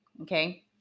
okay